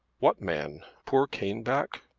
what man? poor caneback?